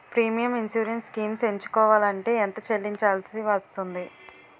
Premium insurance schemes ఎంచుకోవలంటే ఎంత చల్లించాల్సివస్తుంది??